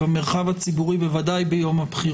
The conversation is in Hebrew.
במרחב הציבורי, בוודאי ביום הבחירות.